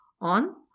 on